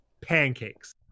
Pancakes